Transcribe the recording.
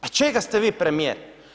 Pa čega ste vi premijer?